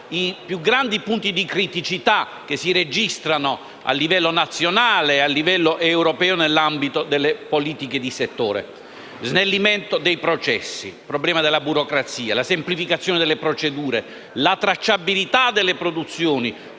i più grandi punti di criticità che si registrano a livello nazionale ed europeo nell'ambito delle politiche di settore: lo snellimento dei processi; il problema della burocrazia; la semplificazione delle procedure; la tracciabilità delle produzioni;